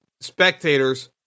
spectators